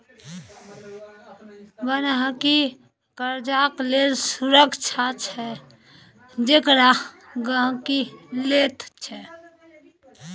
बन्हकी कर्जाक लेल सुरक्षा छै जेकरा गहिंकी लैत छै